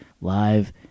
live